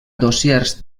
dossiers